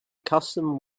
custom